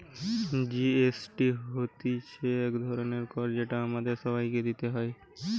GST হতিছে এক ধরণের কর যেটা আমাদের সবাইকে দিতে হয়